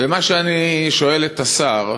מה שאני שואל את השר: